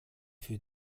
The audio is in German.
für